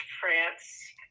france